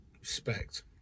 respect